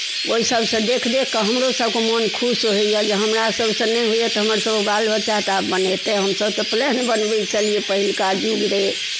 ओहिसभसँ देखि देखि कऽ हमरोसभकेँ मोन खुश होइए जे हमरासभसँ नहि होइए तऽ हमरसभके बाल बच्चा तऽ आब बनेतै हमसभ तऽ प्लेन बनबै छलियै पहिलका युग रहय